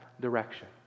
direction